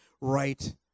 right